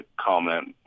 comment